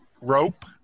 Rope